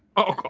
oh